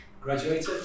graduated